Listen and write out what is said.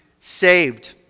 saved